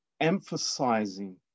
emphasizing